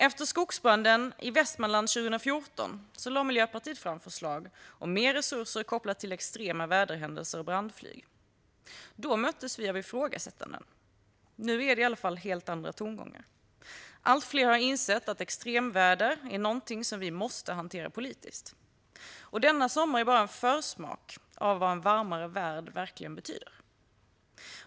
Efter skogsbranden i Västmanland 2014 lade Miljöpartiet fram förslag om mer resurser kopplade till extrema väderhändelser och brandflyg. Då möttes vi av ifrågasättanden. Nu är det helt andra tongångar. Allt fler har insett att extremväder är någonting som vi måste hantera politiskt. Denna sommar är bara en försmak av vad en varmare värld verkligen betyder.